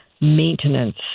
maintenance